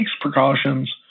precautions